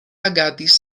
agadis